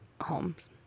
homes